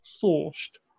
forced